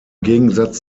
gegensatz